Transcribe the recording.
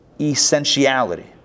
essentiality